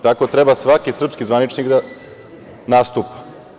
Tako treba svaki srpski zvaničnik da nastupi.